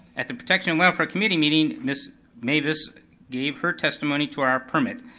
at the protection and welfare committee meeting, miss mavis gave her testimony to our permit.